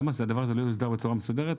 למה שהדבר הזה לא יוסדר בצורה מסודרת,